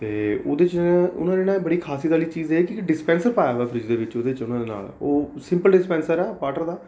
ਅਤੇ ਉਹਦੇ 'ਚ ਉਹਨਾਂ ਨੇ ਨਾ ਬੜੀ ਖਾਸੀਅਤ ਵਾਲੀ ਚੀਜ਼ ਇਹ ਕਿ ਡਿਸਪੈਂਸਰ ਪਾਇਆ ਹੋਇਆ ਫ਼ਰਿੱਜ ਦੇ ਵਿੱਚ ਉਹਦੇ 'ਚ ਉਨ੍ਹਾਂ ਨੇ ਨਾਲ ਉਹ ਸਿਮਪਲ ਡਿਸਪੈਂਸਰ ਹੈ ਵਾਟਰ ਦਾ